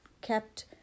kept